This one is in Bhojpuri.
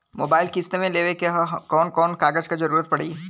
मोबाइल किस्त मे लेवे के ह कवन कवन कागज क जरुरत पड़ी?